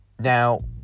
now